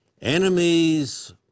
enemies